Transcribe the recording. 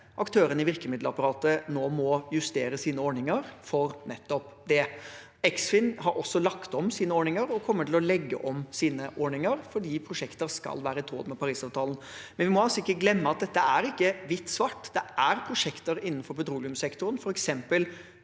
aktørene i virkemiddelapparatet nå må justere sine ordninger for nettopp det. Eksfin har også lagt om sine ordninger og kommer til å legge om sine ordninger, fordi prosjekter skal være i tråd med Parisavtalen. Vi må ikke glemme at dette er ikke hvitt–svart. Det er prosjekter innenfor petroleumssektoren – f.eks.